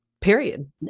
Period